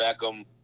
Beckham